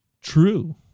true